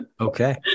okay